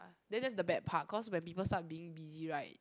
then that's the bad part cause when people start being busy right